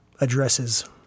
addresses